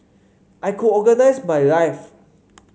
I could organise my life